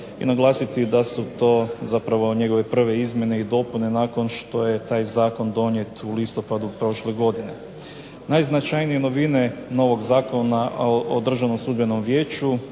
i naglasiti da su to zapravo njegove prve izmjene i dopune nakon što je taj zakon donijet u listopadu prošle godine. Najznačajnije novine novog Zakona o Državnom sudbenom vijeću